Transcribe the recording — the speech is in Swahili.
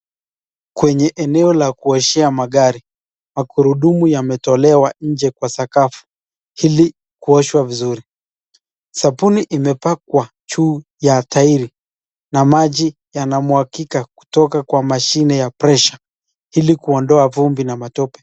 Kwenye eneo la kuoshea magari , magurudumu yametolewa nje kwa sakafu ili kuoshwa vizuri ,sabuni imepakwa juu ya tairi na maji yanamwagika kutoka kwa mashine ya pressure ili kuondoa vumbi na matope.